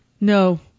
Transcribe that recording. no